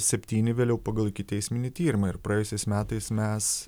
septyni vėliau pagal ikiteisminį tyrimą ir praėjusiais metais mes